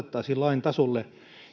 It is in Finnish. lain tasolle